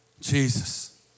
Jesus